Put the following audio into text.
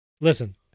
listen